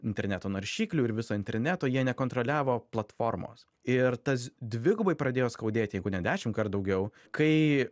interneto naršyklių ir viso interneto jie nekontroliavo platformos ir tas dvigubai pradėjo skaudėti jeigu ne dešim kart daugiau kai